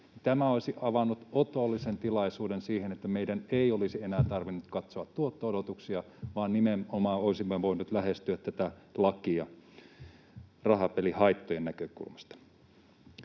Tämä olisi avannut otollisen tilaisuuden siihen, että meidän ei olisi enää tarvinnut katsoa tuotto-odotuksia vaan nimenomaan olisimme voineet lähestyä tätä lakia rahapelihaittojen näkökulmasta.